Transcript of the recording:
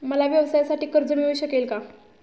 मला व्यवसायासाठी कर्ज मिळू शकेल का?